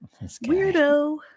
Weirdo